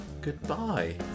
Goodbye